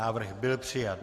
Návrh byl přijat.